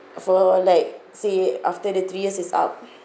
for like say after the three years is up